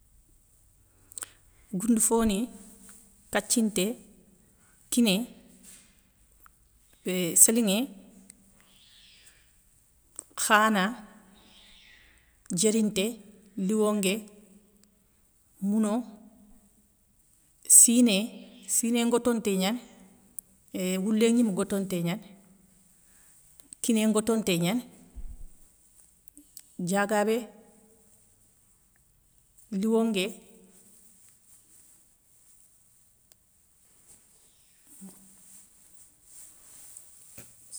Gounde foni, kathinté, kiné, euuhh sélinŋé, khana, diérinté, louwongué, mouno, siné, siné ngotonté gnani euuhh woulé gnime gotonté gnani, kiné gotonté gnani, diagabé, louwongué.